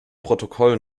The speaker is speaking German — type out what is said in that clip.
protokoll